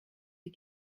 die